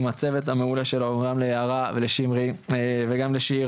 עם הצוות המעולה שלו גם ליערה ולשמרי וגם לשי,